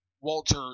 Walter